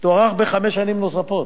תוארך בחמש שנים נוספות.